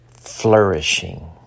Flourishing